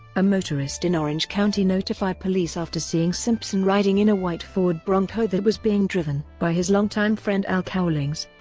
a motorist in orange county notified police after seeing simpson riding in a white ford bronco that was being driven by his longtime friend al cowlings.